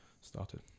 started